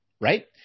right